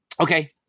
Okay